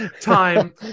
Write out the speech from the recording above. time